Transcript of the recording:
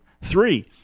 Three